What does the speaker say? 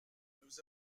nous